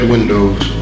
Windows